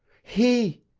he!